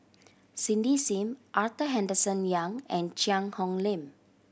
Cindy Sim Arthur Henderson Young and Cheang Hong Lim